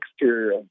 exterior